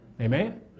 Amen